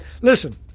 Listen